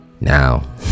Now